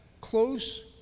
close